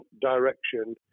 direction